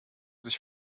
sich